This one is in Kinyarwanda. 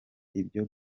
ibyo